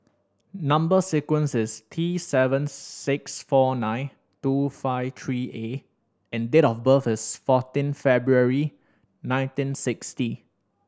number sequence is T seven six four nine two five three A and date of birth is fourteen February nineteen sixty